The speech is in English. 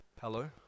Hello